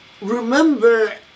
remember